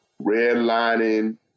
redlining